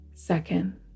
Second